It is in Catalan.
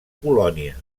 colònia